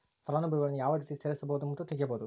ಫಲಾನುಭವಿಗಳನ್ನು ಯಾವ ರೇತಿ ಸೇರಿಸಬಹುದು ಮತ್ತು ತೆಗೆಯಬಹುದು?